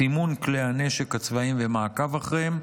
סימון כלי הנשק הצבאים ומעקב אחריהם,